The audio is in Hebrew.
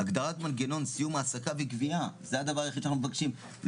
הגדרת מנגנון סיום העסקה בגבייה זה הדבר היחיד שאנחנו מבקשים.